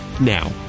now